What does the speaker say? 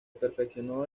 perfeccionó